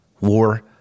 war